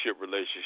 relationship